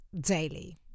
daily